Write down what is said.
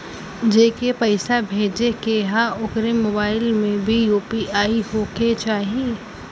जेके पैसा भेजे के ह ओकरे मोबाइल मे भी यू.पी.आई होखे के चाही?